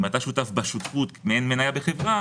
אם אתה שותף בשותפות כמעין מניה בחברה